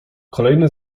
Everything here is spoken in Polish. kolejne